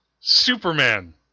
Superman